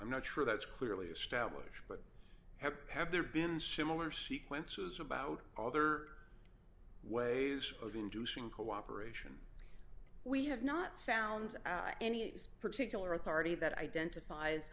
i'm not sure that's clearly established but have have there been similar sequences about other ways of inducing cooperation we have not found any particular authority that identifies